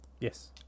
Yes